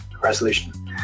resolution